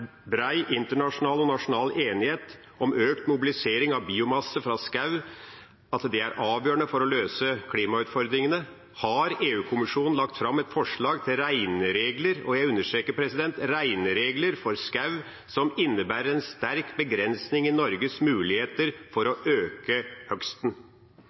bred internasjonal og nasjonal enighet om at økt mobilisering av biomasse fra skog er avgjørende for å løse klimautfordringene, har EU-kommisjonen lagt fram et forslag til regneregler – jeg understreker: regneregler – for skog som innebærer en sterk begrensning i Norges muligheter for å